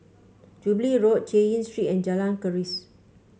Jubilee Road Chay Yan Street and Jalan Keris